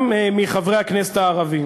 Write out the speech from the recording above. גם מחברי הכנסת הערבים,